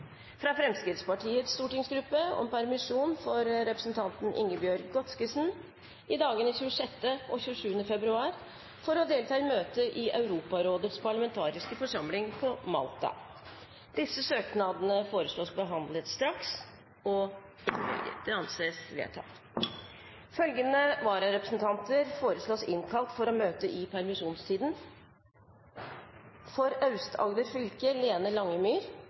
fra Fremskrittspartiets stortingsgruppe om permisjon for representanten Ingebjørg Godskesen i dagene 26. og 27. februar for å delta i møte i Europarådets parlamentariske forsamling på Malta Etter forslag fra presidenten ble enstemmig besluttet: Søknadene behandles straks og innvilges. Følgende vararepresentanter innkalles for å møte i permisjonstiden: For Aust-Agder fylke: Lene